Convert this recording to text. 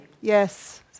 Yes